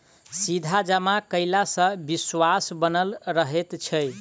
सीधा जमा कयला सॅ विश्वास बनल रहैत छै